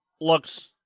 looks